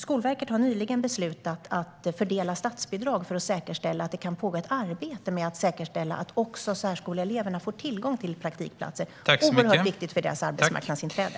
Skolverket har nyligen beslutat att fördela statsbidrag för att säkerställa att det kan ske ett arbete med att säkra att särskoleeleverna också ska få tillgång till praktikplatser. Det är oerhört viktigt för deras arbetsmarknadsinträde.